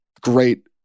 great